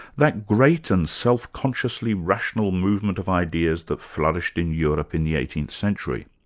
that great and self-consciously rational movement of ideas that flourished in europe in the eighteenth century.